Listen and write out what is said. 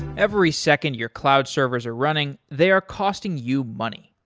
every second your cloud servers are running, they are costing you money.